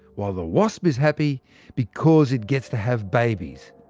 while the wasp is happy because it gets to have babies.